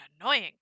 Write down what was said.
annoying